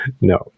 No